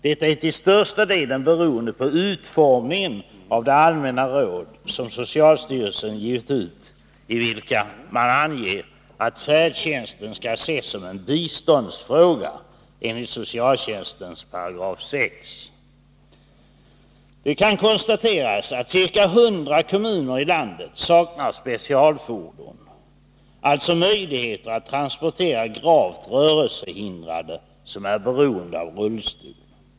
Detta är till största delen beroende på utformningen av de allmänna råd som socialstyrelsen givit ut, i vilka man anger att färdtjänsten skall ses som en biståndsfråga enligt socialtjänstlagens 6 §. Det kan konstateras att ca 100 kommuner i landet saknar specialfordon, alltså möjligheter att transportera gravt rörelsehindrade som är beroende av rullstol.